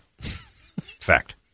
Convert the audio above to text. Fact